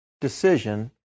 decision